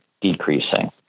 decreasing